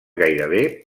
gairebé